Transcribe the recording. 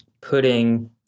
putting